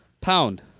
Pound